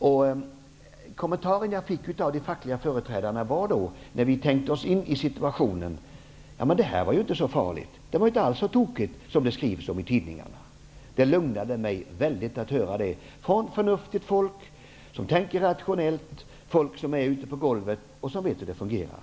De kommentarer som jag fick av de fackliga företrädarna när de tänkte sig in i situation var att detta inte var så farligt, att det inte alls var så tokigt som det skrivs i tidningarna. Det lugnade mig att höra detta från förnuftigt folk, som tänker rationellt, som är ute på golvet och som vet hur det fungerar.